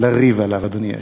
לריב עליו, אדוני היושב-ראש.